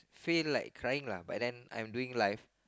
feel like crying lah but then I'm doing live